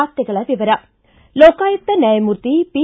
ವಾರ್ತೆಗಳ ವಿವರ ಲೋಕಾಯುಕ್ತ ನ್ಯಾಯಮೂರ್ತಿ ಪಿ